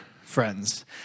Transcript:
friends